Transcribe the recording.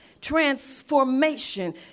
transformation